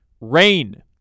rain